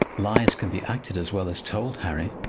lies can be acted as well as told. harry,